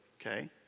Okay